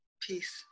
Peace